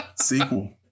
sequel